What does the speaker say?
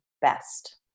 best